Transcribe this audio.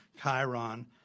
Chiron